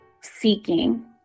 seeking